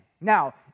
Now